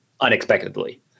unexpectedly